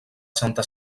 santa